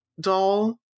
doll